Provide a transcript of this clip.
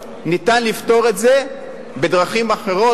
ניתן לפתור את זה בדרכים אחרות.